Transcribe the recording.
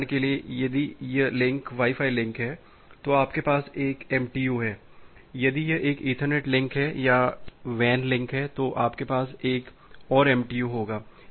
इसलिए उदाहरण के लिए यदि यह लिंक वाई फाई लिंक है तो आपके पास एक MTU है यदि यह एक ईथरनेट लिंक या WAN लिंक है तो आपके पास एक और MTU होगा